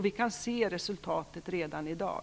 Vi kan se resultatet redan i dag.